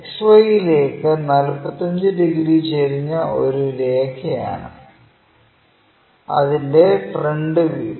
XY യിലേക്ക് 45 degree ചെരിഞ്ഞ ഒരു രേഖയാണ് അതിന്റെ ഫ്രണ്ട് വ്യൂ